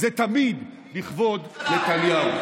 זה תמיד לכבוד נתניהו.